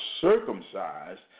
circumcised